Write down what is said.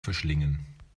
verschlingen